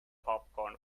popcorn